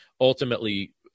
ultimately